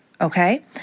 okay